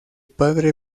padre